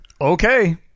okay